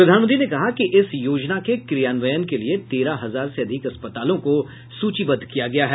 प्रधानमंत्री ने कहा कि इस योजना के क्रियान्वयन के लिए तेरह हजार से अधिक अस्पतालों को सूचिबद्द किया गया है